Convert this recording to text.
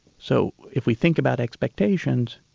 so if we think about expectations,